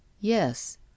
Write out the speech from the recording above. Yes